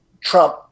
trump